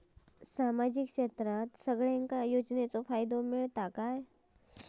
सामाजिक क्षेत्रात सगल्यांका योजनाचो फायदो मेलता?